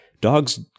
dogs